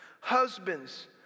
Husbands